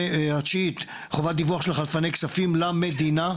התשיעית: "חובת דיווח של חלפני כספים למדינה".